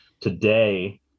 today